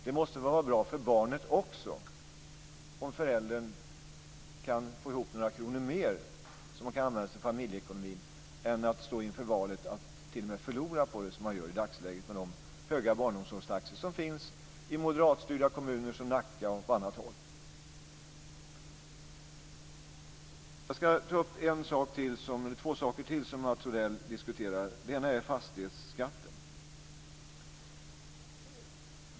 Det måste vara bra för barnet också, om föräldern kan få ihop några kronor mer som kan användas till familjeekonomin. I dagsläget står man inför den situationen att man förlorar på det, med de höga barnomsorgstaxorna i moderatstyrda kommuner som Nacka. Jag ska ta upp två saker till som Mats Odell diskuterade. Det ena är fastighetsskatten.